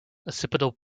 occipital